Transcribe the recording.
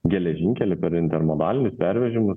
geležinkelį per intermodalinius pervežimus